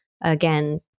again